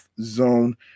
Zone